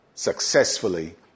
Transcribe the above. Successfully